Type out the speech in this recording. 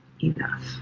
Enough